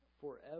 forever